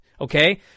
okay